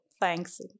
Thanks